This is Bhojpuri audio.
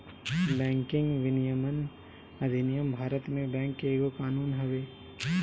बैंकिंग विनियमन अधिनियम भारत में बैंक के एगो कानून हवे